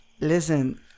Listen